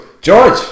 George